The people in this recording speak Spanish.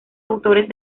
autores